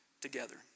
together